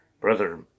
Brother